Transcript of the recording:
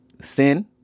sin